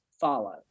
follow